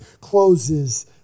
closes